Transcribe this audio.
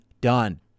done